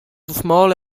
small